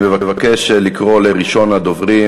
אני מבקש לקרוא לראשון הדוברים.